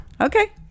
Okay